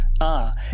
Ah